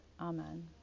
Amen